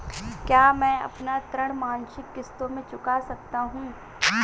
क्या मैं अपना ऋण मासिक किश्तों में चुका सकता हूँ?